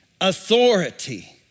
authority